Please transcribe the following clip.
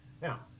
Now